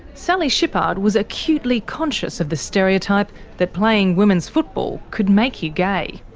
sally shipard was acutely conscious of the stereotype that playing women's football could make you gay.